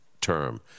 term